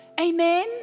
Amen